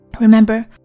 Remember